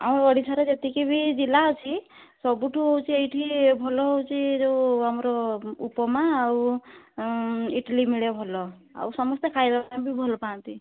ଆମ ଓଡ଼ିଶାର ଯେତିକି ବି ଜିଲ୍ଲା ଅଛି ସବୁଠୁ ହେଉଛି ଏଇଠି ଭଲ ହେଉଛି ଯେଉଁ ଆମର ଉପମା ଆଉ ଇଡ଼ିଲି ମିଳେ ଭଲ ଆଉ ସମସ୍ତେ ଖାଇବା ପାଇଁ ବି ଭଲ ପାଆନ୍ତି